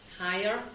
higher